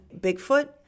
Bigfoot